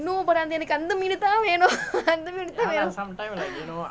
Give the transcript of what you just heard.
no but எனக்கு அந்த மீனு தான் வேணும் அந்த மீனு தான்:enakku antha meenu thaan venum antha meenu thaan